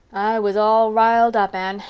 was all riled up, anne,